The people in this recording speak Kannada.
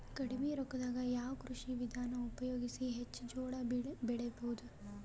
ಕಡಿಮಿ ರೊಕ್ಕದಾಗ ಯಾವ ಕೃಷಿ ವಿಧಾನ ಉಪಯೋಗಿಸಿ ಹೆಚ್ಚ ಜೋಳ ಬೆಳಿ ಬಹುದ?